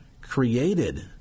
created